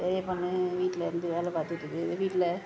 பெரிய பொண்ணு வீட்டிலேருந்து வேலை பார்த்துட்ருக்கு வீட்டில்